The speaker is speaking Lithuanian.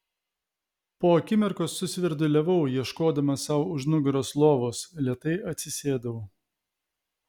po akimirkos susvirduliavau ieškodama sau už nugaros lovos lėtai atsisėdau